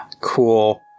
cool